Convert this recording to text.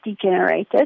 degenerated